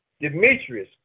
Demetrius